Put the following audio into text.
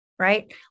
Right